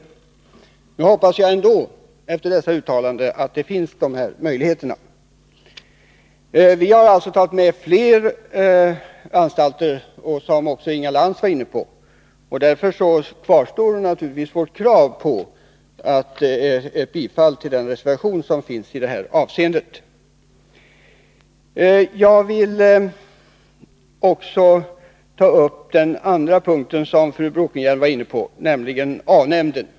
Efter dessa uttalanden hoppas jag ändå att de här möjligheterna finns. Vi socialdemokrater har alltså tagit med fler anstalter, som också Inga Lantz var inne på. Därför kvarstår naturligtvis vårt krav på bifall till den reservation som avser denna del. Jag vill också ta upp den andra punkten som fru Bråkenhielm var inne på, nämligen A-nämnden.